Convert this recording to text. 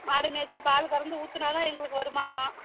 மாடு மேய்ச்சி பால் கறந்து ஊற்றினா தான் எங்களுக்கு வருமானம்